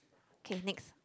K next